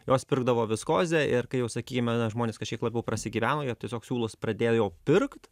jos pirkdavo viskozę ir kai jau sakyme na žmonės kažkiek labiau prasigyveno jog tiesiog siūlus pradėjo jau pirkt